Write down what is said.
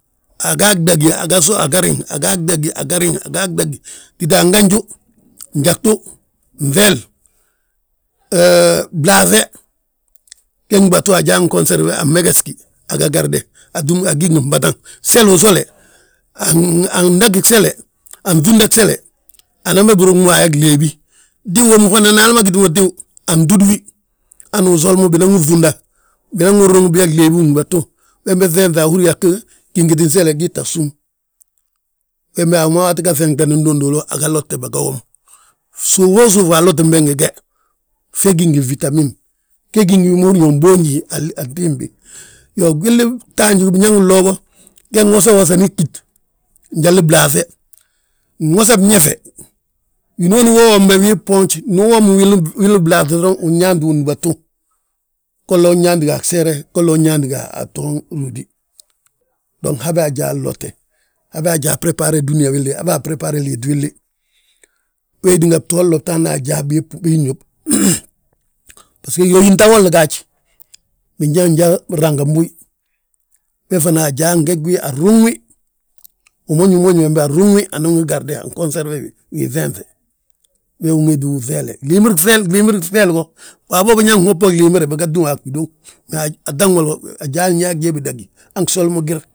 Aga gdagí aga sów aga riŋ, agaa gdagí aga riŋ, aga gdagí aga riŋ, aga gdagí, tita a ganju, njagtu, nŧeel, hee blaaŧe, ge gdúbatu ajaa, ngonserfe. An meges gi, aga garde, gitúmti agí ngi fbataŋ, selu usole andagí gsele, anŧinda gsele, anba guruŋa ayaa gleebi. Tíw wommu fana nda hal mo giti mo tíw, antúdi wi, hanu usoli mo binan wu ŧunda. Binan wi ruŋ biyaa gleebu undúbatu, wembe ŧenŧe, ahúri yaa go, gingitin sele gii tta súm. Wembe, a wi ma wi atiga ŧeŋtena nduduulu aga lotte baga wom. Suufo suufi alotin be ngi ge, fe gí ngi fitamin, ge gí ngi wi ma húri yaa wi boonji a lit, antimbi. Iyoo, gwili gtaaj biñaŋ nloobo, ge wosa wosani ggít, njali blaaŧe, nwosa bñefe. Winooni we womin be wii bboonj, ndu uwomi wili blaaŧi doroŋ, wi nyaanti wi, windúbatu. Golla nyaanti ga a gseere, golla unyaanti ga a bton rúuti. Dong habe ajaa nlotte, habe ajaa berebbare dúniyaa willi, habe aberebbare liiti willi. Wee tínga btoon lotaanna ajaa bii bu, bii ñób, basgo yóyin ta woli gaaj, biyaa njan binragimbuyi, be fana ajaa nge wi anŋi wi, umñumoñu wembe anruŋ wi, anan wi garde angonserfe wi wii ŧenŧe. We unwéet uŧeele, glimbiri gŧeele, glimbiri gŧeeli go, waabo biñaŋ hob bo glimbire biga túma a bidoŋ. Me antaŋ woli ajaa, nyaag yaaye bidagí han gsol mo gir.